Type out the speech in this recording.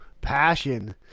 passion